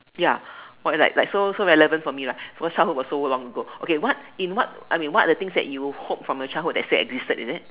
ya was like like so so relevant for me lah because childhood was so long ago okay what in what I mean what are the things that you hope from your childhood that still existed is it